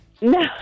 No